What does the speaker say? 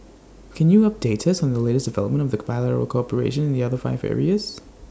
can you update us on the latest development of the bilateral cooperation in the other five areas